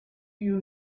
you